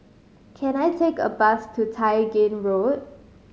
can I take a bus to Tai Gin Road